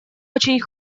очень